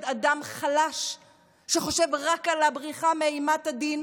אדם חלש שחושב רק על הבריחה מאימת הדין